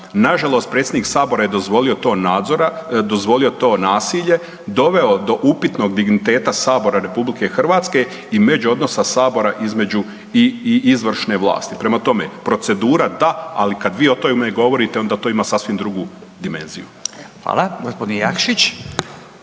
nažalost predsjednik sabora je dozvolio to nadzora, dozvolio to nasilje, doveo do upitnog digniteta sabora RH i međuodnosa sabora između i izvršne vlasti. Prema tome, procedura da, ali kad vi o tome govorite onda to ima sasvim drugu dimenziju. **Radin, Furio